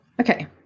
Okay